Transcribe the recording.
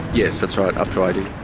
yes, that's right. up to eighty.